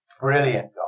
Brilliant